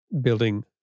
building